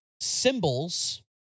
symbols